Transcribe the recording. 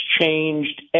changed